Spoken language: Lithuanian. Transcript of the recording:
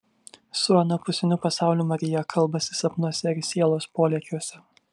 su anapusiniu pasauliu marija kalbasi sapnuose ir sielos polėkiuose